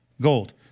gold